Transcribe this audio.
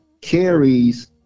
carries